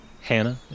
Hannah